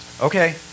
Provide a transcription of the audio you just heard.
okay